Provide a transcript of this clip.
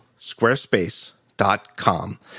squarespace.com